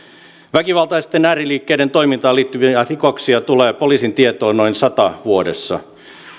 väkivaltaisten ääriliikkeiden toimintaan liittyviä rikoksia tulee poliisin tietoon noin sata vuodessa